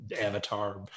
avatar